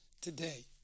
today